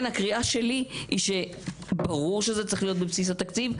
הקריאה שלי היא שברור שזה צריך להיות בבסיס התקציב,